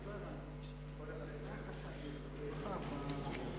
חוק שמירת הניקיון (תיקון מס'